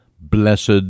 blessed